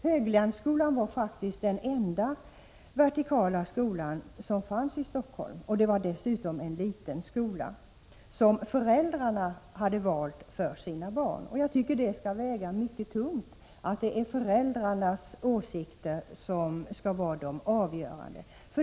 Höglandsskolan var faktiskt den enda vertikala skolan i Stockholm, och den var dessutom en liten skola som föräldrarna valt för sina barn. Jag tycker att det skall väga mycket tungt att det är föräldrarnas åsikter som skall vara avgörande.